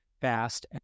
fast